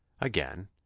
Again